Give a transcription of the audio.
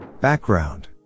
Background